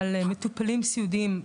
על מטופלים סיעודיים,